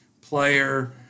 player